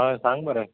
हय सांग मरे